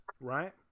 right